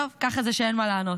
טוב, ככה זה כשאין מה לענות.